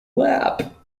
lap